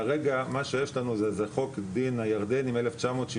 כרגע מה שיש לנו זה איזה חוק דין הירדני מ-1966,